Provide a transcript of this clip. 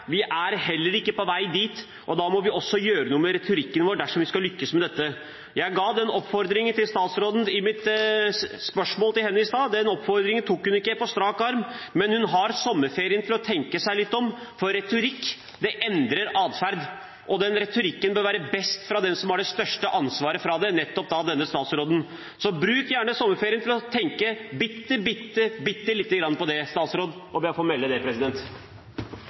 Vi er heller ikke på vei dit, og da må vi også gjøre noe med retorikken vår dersom vi skal lykkes med dette. Jeg ga den oppfordringen til statsråden i mitt spørsmål til henne i stad. Den oppfordringen tok hun ikke på strak arm, men hun har sommerferien til å tenke seg litt om. For retorikk endrer atferd, og den retorikken bør være best fra den som har det største ansvaret for dette, nettopp denne statsråden. Så bruk gjerne sommerferien til å tenke bitte, bitte lite grann på det, statsråd – om jeg får melde det, president!